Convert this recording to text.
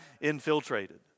infiltrated